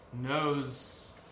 knows